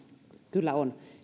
kyllä on